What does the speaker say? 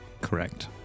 Correct